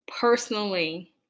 personally